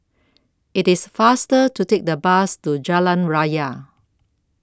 IT IS faster to Take The Bus to Jalan Raya